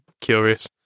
curious